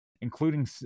including